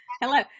Hello